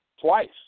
twice